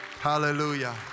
Hallelujah